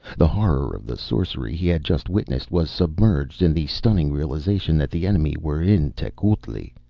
the horror of the sorcery he had just witnessed was submerged in the stunning realization that the enemy were in tecuhltli.